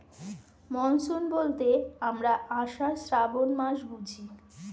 monsoon বলতে আমরা আষাঢ়, শ্রাবন মাস বুঝি